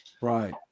Right